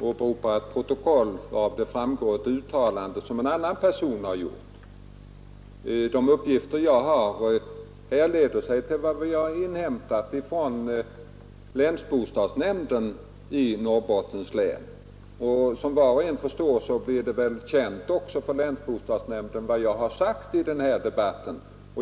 åberopar ett protokoll, varav framgår ett uttalande som en annan person har gjort. De uppgifter jag har härleder sig från vad vi har inhämtat av länsbostadsnämnden i Norrbottens län. Som var och en förstår blir det också känt för länsbostadsnämnden vad jag har sagt i den här debatten.